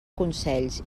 consells